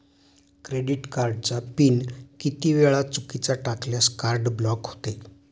Credit कार्डचा PIN किती वेळा चुकीचा टाकल्यास कार्ड ब्लॉक होते?